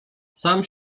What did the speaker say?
sam